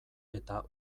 eta